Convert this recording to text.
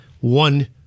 one